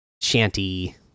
shanty